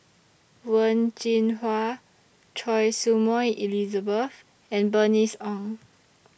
Wen Jinhua Choy Su Moi Elizabeth and Bernice Ong